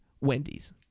Wendy's